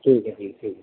ٹھیک ہے جی ٹھیک ہے